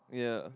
yeah